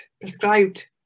prescribed